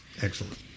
Excellent